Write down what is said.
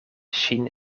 ŝin